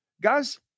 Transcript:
guys